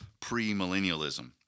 premillennialism